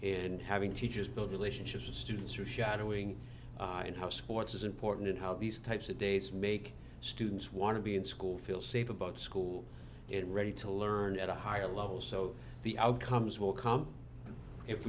and having teachers build relationships with students or shadowing and how sports is important and how these types of dates make students want to be in school feel safe about school and ready to learn at a higher level so the outcomes will come if